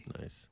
Nice